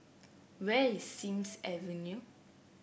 where is Sims Avenue